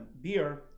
beer